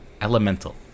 elemental